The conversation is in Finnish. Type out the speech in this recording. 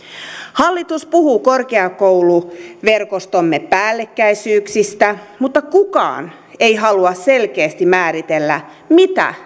hallitus puhuu korkeakouluverkostomme päällekkäisyyksistä mutta kukaan ei halua selkeästi määritellä mitä